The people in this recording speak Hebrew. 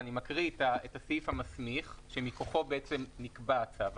ואני מקריא את הסעיף המסמיך שמכוחו בעצם נקבע הצו הזה: